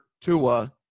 Tua